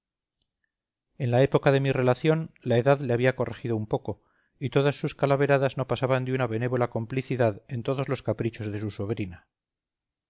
en la época de mi relación la edad le había corregido un poco y todas sus calaveradas no pasaban de una benévola complicidad en todos los caprichos de su sobrina